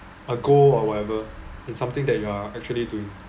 a goal or whatever it's something that you are actually doing